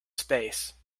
space